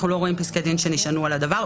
אנחנו לא רואים פסקי דין שנשענו על הדבר.